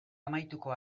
amaituko